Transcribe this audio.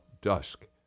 dusk